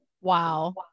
Wow